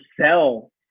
sell